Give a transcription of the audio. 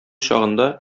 чагында